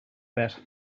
bet